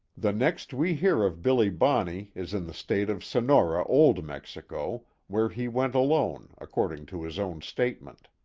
the next we hear of billy bonney is in the state of sonora, old mexico, where he went alone, according to his own statement.